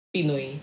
Pinoy